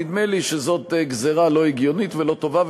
נדמה לי שזאת גזירה לא הגיונית ולא טובה,